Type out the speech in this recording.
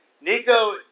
Nico